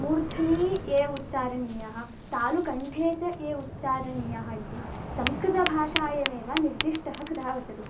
मूर्ध्नि ये उच्चारणीयाः तालुकण्ठे च ये उच्चारणीयाः इति संस्कृतभाषायाम् एवमेव निर्दिष्टः कृतः वर्तते